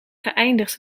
geëindigd